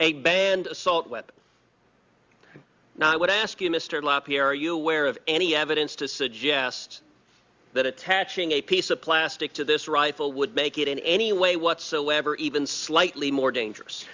a banned assault weapon now i would ask you mr la pierre are you aware of any evidence to suggest that attaching a piece of plastic to this rifle would make it in any way whatsoever even slightly more dangerous